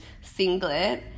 singlet